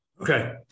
Okay